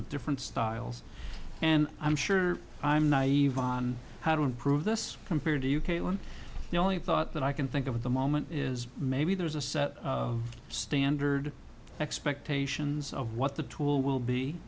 with different styles and i'm sure i'm naive on how to improve this compared to you kaitlyn thought that i can think of the moment is maybe there's a set of standard expectations of what the tool will be